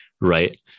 right